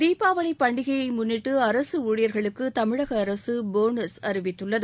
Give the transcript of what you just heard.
தீபாவளி பண்டிகையை முன்னிட்டு அரசு ஊழியர்களுக்கு தமிழக அரசு போனஸ் அறிவித்துள்ளது